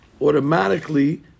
automatically